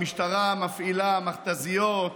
המשטרה מפעילה מכת"זיות,